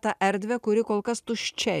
tą erdvę kuri kol kas tuščia